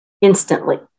instantly